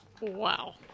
Wow